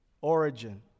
origin